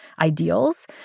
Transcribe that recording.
ideals